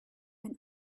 and